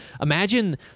Imagine